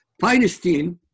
Palestine